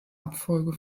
abfolge